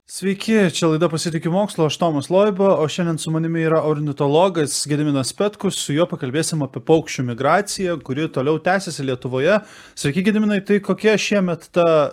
sveiki čia laida pasitikiu mokslu aš tomas loiba o šiandien su manimi yra ornitologas gediminas petkus su juo pakalbėsim apie paukščių migraciją kuri toliau tęsiasi lietuvoje sakyk gediminai tai kokie šiemet ta